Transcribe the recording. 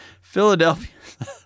Philadelphia